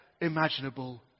imaginable